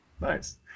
nice